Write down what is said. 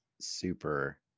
super